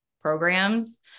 programs